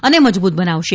ને મજબૂત બનાવશે